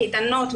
קייטנות,